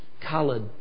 coloured